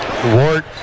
Ward